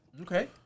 Okay